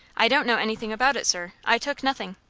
i don't know anything about it, sir. i took nothing.